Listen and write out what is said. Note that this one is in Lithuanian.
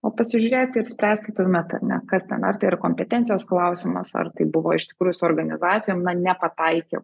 o pasižiūrėti ir spręsti tuomet ar ne kas ten ar tai yra kompetencijos klausimas ar tai buvo iš tikrųjų su organizacijom na nepataikiau